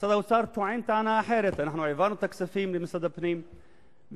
משרד האוצר טוען טענה אחרת: אנחנו העברנו את הכספים למשרד הפנים וכו'.